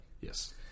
Yes